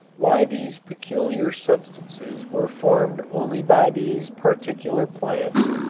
why these peculiar substances were formed only by these particular plants,